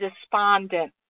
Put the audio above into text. despondent